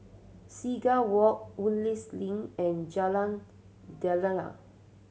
Seagull Walk Woodleigh's Link and Jalan Daliah